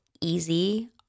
easy